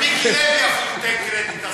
למיקי לוי אפילו תן קרדיט.